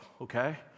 okay